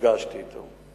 נפגשתי אתו.